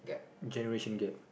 generation gap